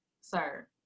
sir